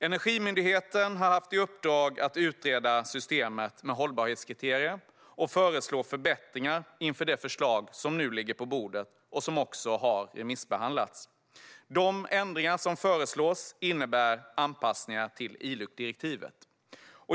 Energimyndigheten har haft i uppdrag att utreda systemet med hållbarhetskriterier och föreslå förbättringar inför det förslag som nu ligger på bordet och som också har remissbehandlats. De ändringar som föreslås innebär anpassningar till ILUC-direktivet.